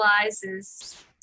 realizes